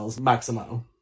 maximal